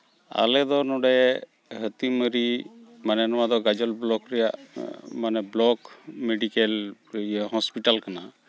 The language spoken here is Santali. ᱟᱞᱮ ᱫᱚ ᱱᱚᱸᱰᱮ ᱦᱟᱹᱛᱤᱢᱟᱨᱤ ᱢᱟᱱᱮ ᱱᱚᱣᱟ ᱫᱚ ᱜᱟᱡᱚᱞ ᱵᱞᱚᱠ ᱨᱮᱭᱟᱜ ᱢᱟᱱᱮ ᱵᱞᱚᱠ ᱢᱤᱰᱤᱠᱮᱞ ᱦᱚᱸᱥᱯᱤᱴᱟᱞ ᱠᱟᱱᱟ